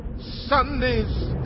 Sunday's